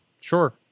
sure